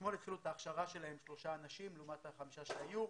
אתמול התחילו את ההכשרה שלהם שלושה אנשים לעומת החמישה שהיו.